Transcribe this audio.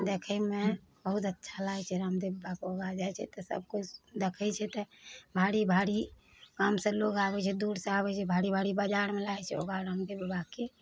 देखैमे बहुत अच्छा लागै छै रामदेव बाबाके योगा जाइ छै तऽ सबकिछु देखै छै तऽ भारी भारी काम से लोग आबै छै दूर सऽ आबै छै भारी भारी बजारमे लागै छै योगा रामदेव बाबाके